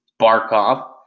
Barkov